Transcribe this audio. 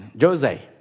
Jose